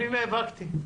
אני נאבקתי.